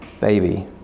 baby